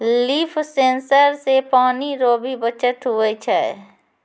लिफ sensor से पानी रो भी बचत हुवै छै